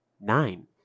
nine